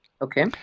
Okay